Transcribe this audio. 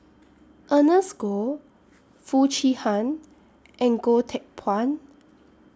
Ernest Goh Foo Chee Han and Goh Teck Phuan